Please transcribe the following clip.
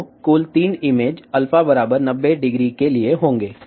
तोकुल तीन इमेज α बराबर 90 डिग्री के लिए होंगे